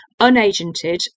unagented